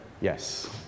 Yes